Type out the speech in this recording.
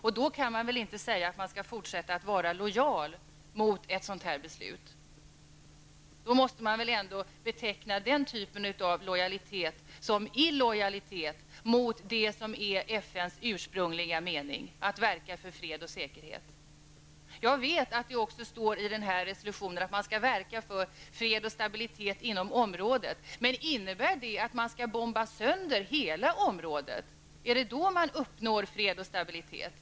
Man kan då knappast säga att man skall fortsätta att vara lojal mot ett sådant beslut. Den typen av lojalitet måste väl ändå betecknas som illojalitet mot det som är FNs ursprungliga mening; att verka för fred och säkerhet. Jag vet att det i denna resolution också står att man skall verka för fred och stabilitet inom området. Men innebär detta att man skall bomba sönder hela området? Är det då man uppnår fred och stabilitet?